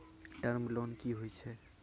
Term loan कि होय छै?